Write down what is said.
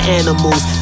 animals